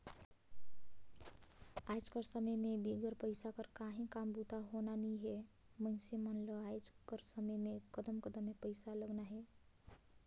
आएज कर समे में बिगर पइसा कर काहीं काम बूता होना नी हे मइनसे मन ल आएज कर समे में कदम कदम में पइसा लगना हे